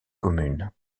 commune